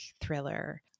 thriller